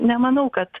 nemanau kad